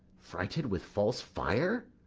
frighted with false fire!